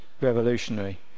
revolutionary